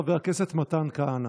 חבר הכנסת מתן כהנא.